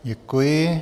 Děkuji.